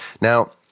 Now